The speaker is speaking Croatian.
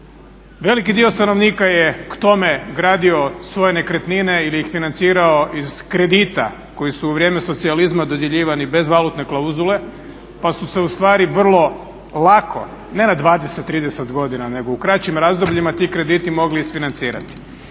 Veliki dio stanovnika je k tome gradio svoje nekretnine ili ih financirao iz kredita koji su u vrijeme socijalizma dodjeljivani bez valutne klauzule, pa su se u stvari vrlo lako ne na 20, 30 godina nego u kraćim razdobljima ti krediti mogli isfinancirati.